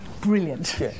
Brilliant